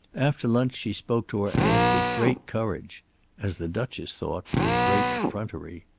after lunch she spoke to her aunt with great courage as the duchess thought with great effrontery.